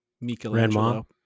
Michelangelo